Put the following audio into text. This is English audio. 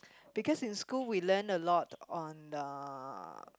because in school we learn a lot on uh